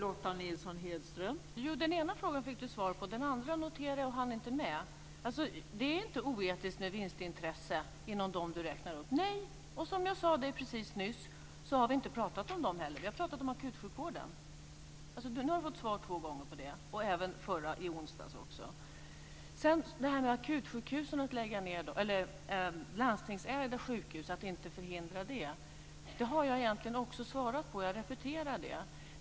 Fru talman! Den ena frågan gav jag svar på. Den andra noterade jag men hann inte med. Nej, det är inte oetiskt med vinstintresse inom de områden som Chatrine Pålsson räknar upp. Nej, och som jag sade alldeles nyss har vi inte talat om dem heller. Vi har talat om akutsjukvården. Nu har Chatrine Pålsson fått svar två gånger och även i onsdags. Frågan om att förhindra nedläggning av landstingsägda sjukhus har jag också svarat på, men jag repeterar.